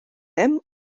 hemm